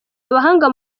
abahanga